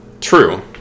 True